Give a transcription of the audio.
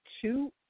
two